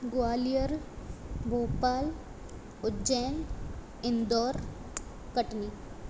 Gwalior Bhopal Ujjain Indore Katni